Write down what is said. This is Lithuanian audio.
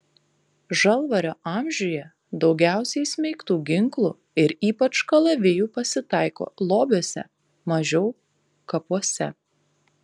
žalvario amžiuje daugiausiai įsmeigtų ginklų ir ypač kalavijų pasitaiko lobiuose mažiau kapuose